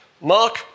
Mark